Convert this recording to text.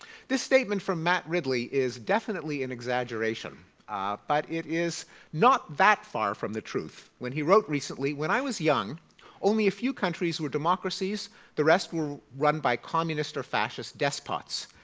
this statement from matt ridley is definitely an exaggeration but it is not that far from the truth. when he wrote recently when i was young only a few countries were democracies the rest were run by communist or fascist despots.